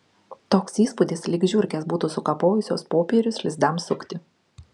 toks įspūdis lyg žiurkės būtų sukapojusios popierius lizdams sukti